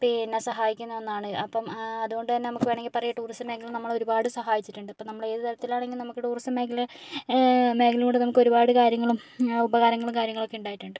പിന്നെ സഹായിക്കുന്ന ഒന്നാണ് അപ്പം അതുകൊണ്ടു തന്നെ നമുക്ക് വേണമെങ്കിൽ പറയാം ടൂറിസം മേഖല നമ്മൾ ഒരുപാട് സഹായിച്ചിട്ടുണ്ട് ഇപ്പം നമ്മൾ ഏത് തരത്തിലാണെങ്കിലും നമുക്ക് ടൂറിസം മേഖല മേഖല കൊണ്ട് നമുക്ക് ഒരുപാട് കാര്യങ്ങളും ഉപകാരങ്ങളും കാര്യങ്ങളൊക്കെ ഉണ്ടായിട്ടുണ്ട്